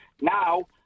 Now